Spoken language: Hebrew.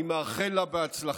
אני מאחל לה הצלחה.